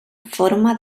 forma